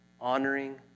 honoring